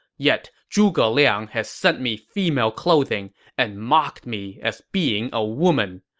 yet, zhuge liang has sent me female clothing and mocked me as being a woman.